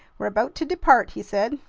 we're about to depart, he said.